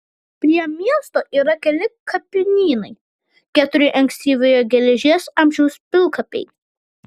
prie miesto yra keli kapinynai keturi ankstyvojo geležies amžiaus pilkapiai